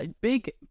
Big